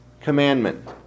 commandment